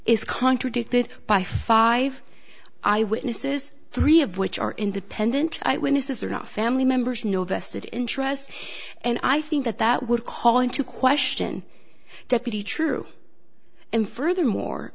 is contradicted by five eyewitnesses three of which are independent witnesses are not family members no vested interest and i think that that would call into question deputy true and furthermore